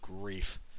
grief